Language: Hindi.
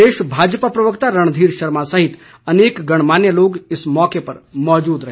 प्रदेश भाजपा प्रवक्ता रणधीर शर्मा सहित अनेक गणमान्य लोग इस मौके मौजूद रहे